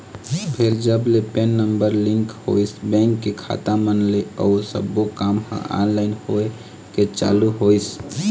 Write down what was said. फेर जब ले पेन नंबर लिंक होइस बेंक के खाता मन ले अउ सब्बो काम ह ऑनलाइन होय के चालू होइस